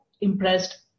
impressed